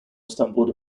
stumbled